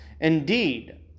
Indeed